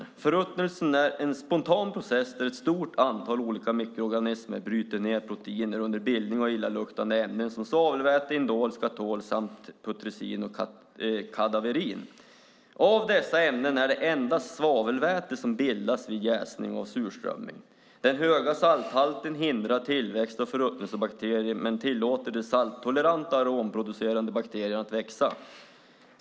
Men förruttnelsen är en spontan process där ett stort antal olika mikroorganismer bryter ned proteiner under bildning av illaluktande ämnen som svavelväte, indol, skatol samt putrescin och kadaverin. Av dessa ämnen är det endast svavelväte som bildas vid jäsning av surströmming. Den höga salthalten hindrar tillväxt av förruttnelsebakterier men tillåter de salttoleranta aromproducerande bakterierna att växa.